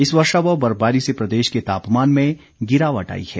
इस वर्षा व बर्फबारी से प्रदेश के तापमान में गिरावट आई है